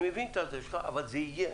אני מבין את דבריך, אבל זה יהיה.